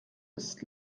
ist